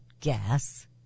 gas